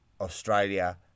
Australia